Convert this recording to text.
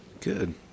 Good